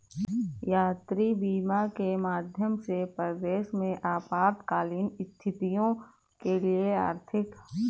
यात्री बीमा के माध्यम से परदेस में आपातकालीन स्थितियों के लिए आर्थिक सहयोग प्राप्त किया जा सकता है